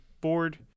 board